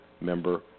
member